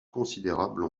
considérables